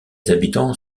habitants